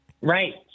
Right